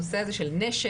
הנושא הזה של נשק,